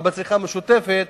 אבל בצריכה המשותפת,